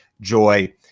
joy